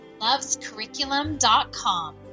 lovescurriculum.com